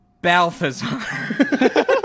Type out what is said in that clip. Balthazar